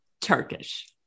Turkish